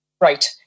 Right